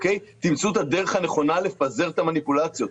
תמצאו את הדרך הנכונה לפזר את המניפולציות,